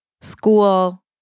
school